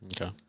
Okay